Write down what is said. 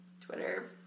Twitter